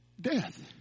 death